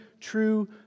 true